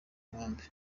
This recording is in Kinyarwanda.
nkambi